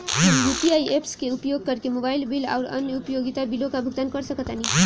हम UPI apps के उपयोग करके मोबाइल बिल आउर अन्य उपयोगिता बिलों का भुगतान कर सकतानी